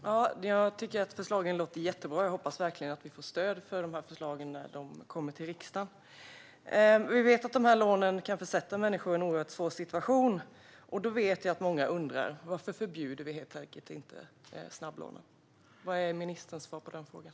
Herr talman! Jag tycker att förslagen låter jättebra, och jag hoppas verkligen att vi får stöd för dem när de kommer till riksdagen. Vi vet att de här lånen kan försätta människor i en oerhört svår situation, och jag vet att många undrar varför vi inte helt enkelt förbjuder snabblånen. Vad är ministerns svar på den frågan?